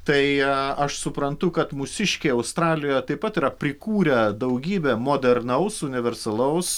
tai aš suprantu kad mūsiškiai australijoje taip pat yra prikūrę daugybę modernaus universalaus